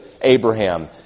Abraham